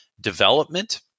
development